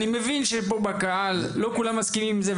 אני מבין שפה בקהל לא כולם מסכימים עם זה,